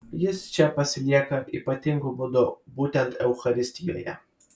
jis čia pasilieka ypatingu būdu būtent eucharistijoje